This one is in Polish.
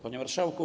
Panie Marszałku!